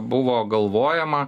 buvo galvojama